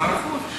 שר החוץ,